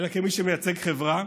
אלא כמי שמייצג חברה.